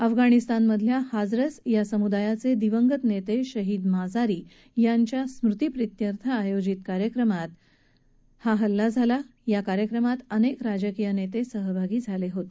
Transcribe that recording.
अफगाणिस्तानमधल्या हाजरस या समुदायाचे दिवगंत नेते शहीद माजारी यांच्या स्मृती प्रित्यर्थ आयोजित केलेल्या या कार्यक्रमात अनेक राजकीय नेते सहभागी झाले होते